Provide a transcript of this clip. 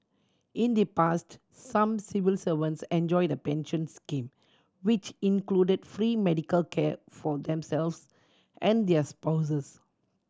in the past some civil servants enjoyed a pension scheme which included free medical care for themselves and their spouses